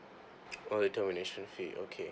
only termination fee okay